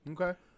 Okay